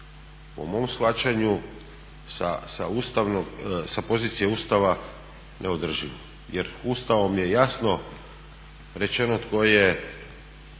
po mom shvaćanju sa pozicije Ustava neodrživo. Jer Ustavom je jasno rečeno tko je